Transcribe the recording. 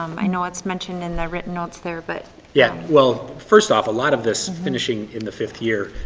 i know it's mentioned in the written notes there but yeah well first off, a lot of this finishing in the fifth year,